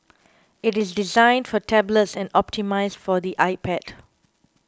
it is designed for tablets and optimised for the iPad